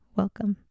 welcome